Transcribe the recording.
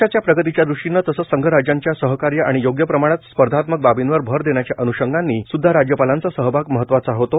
देशाच्या प्रगतीच्या दृष्टीनं तसंच संघराज्याच्या सहकार्य आणि योग्य प्रमाणात स्पर्धात्मक बाबींवर अर देण्याच्या अन्षंगांनी सुध्दा राज्यपालांचा सहभाग महत्वाचा होतो